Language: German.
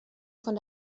von